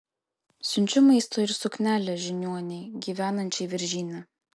siunčiu maisto ir suknelę žiniuonei gyvenančiai viržyne